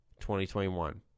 2021